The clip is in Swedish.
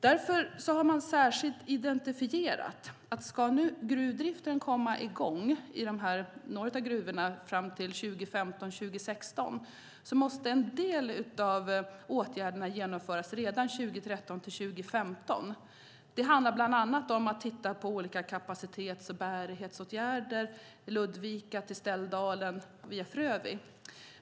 Därför har man särskilt identifierat att om gruvdriften nu ska komma i gång i några av gruvorna fram till 2015-2016 måste en del av åtgärderna genomföras redan 2013-2015. Det handlar bland annat om att titta på olika kapacitets och bärighetsåtgärder i Ludvika, till Ställdalen via Frövi.